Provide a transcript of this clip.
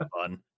fun